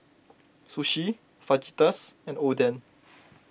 Sushi Fajitas and Oden